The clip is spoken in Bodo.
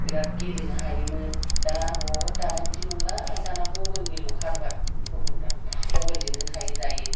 बिराद गेलेनो हायोमोन दा ह दाना बिदि नंला दाना मबाइलनिल' खारबार गथ'फ्रा मबाइलजोंनो थायो दायो